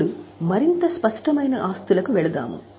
ఇప్పుడు మరింత స్పష్టమైన ఆస్తులకు వెళ్తాము